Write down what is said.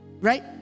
Right